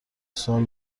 سوال